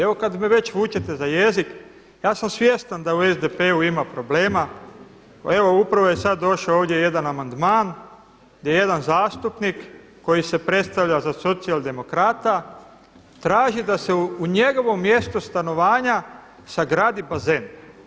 Evo kada me već vučete za jezik, ja sam svjestan da u SDP-u ima problema, pa evo upravo je sada došao jedan amandman gdje jedna zastupnik koji se predstavlja za socijaldemokrata traži da se u njegovom mjestu stanovanja sagradi bazen.